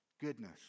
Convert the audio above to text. Goodness